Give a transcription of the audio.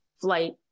flight